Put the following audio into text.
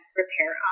repair